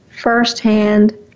firsthand